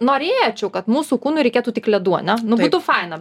norėčiau kad mūsų kūnui reikėtų tik ledų ane nu būtų faina